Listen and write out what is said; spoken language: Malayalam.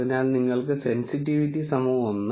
അതിനാൽ നിങ്ങൾക്ക് സെൻസിറ്റിവിറ്റി 1